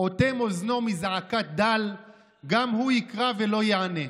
"אוטם אזנו מזעקת דל גם הוא יקרא ולא יענה".